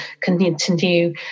continue